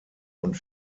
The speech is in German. und